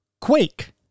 Quake